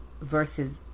versus